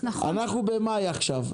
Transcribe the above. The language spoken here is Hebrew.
אנחנו במאי עכשיו.